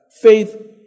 faith